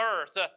earth